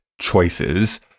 choices